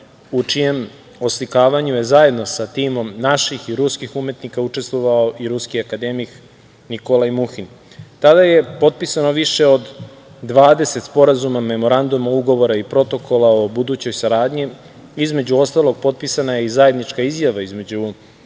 u čijem oslikavanju je zajedno sa timom naših i ruskih umetnika učestvovao i ruski akademik Nikolaj Muhin. Tada je potpisano više od 20 sporazuma, memoranduma, ugovora i protokola o budućoj saradnji. Između ostalog, potpisana je i zajednička izjava između